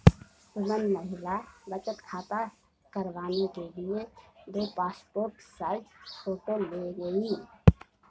सुमन महिला बचत खाता करवाने के लिए दो पासपोर्ट साइज फोटो ले गई